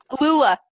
Lula